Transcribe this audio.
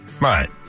Right